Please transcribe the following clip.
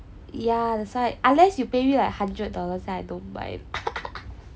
ya that's why unless you pay me like hundred dollars I don't mind